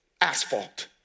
Asphalt